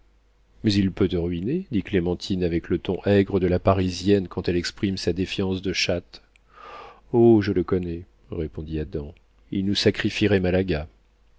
mais il peut te ruiner dit clémentine avec le ton aigre de la parisienne quand elle exprime sa défiance de chatte oh je le connais répondit adam il nous sacrifierait malaga